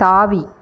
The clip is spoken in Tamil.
தாவி